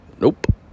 Nope